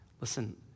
Listen